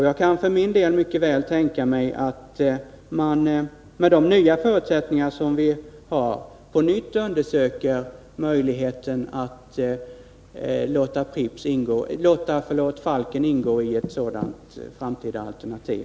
Jag kan för min del mycket väl tänka mig att man, med de nya förutsättningar som nu finns, på nytt undersöker möjligheten att låta Falken ingå i ett sådant framtida alternativ.